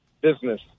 business